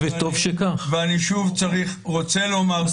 ואני שוב רוצה לומר,